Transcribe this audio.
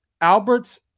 albert's